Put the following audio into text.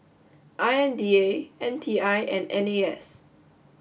I M D A M T I and N A S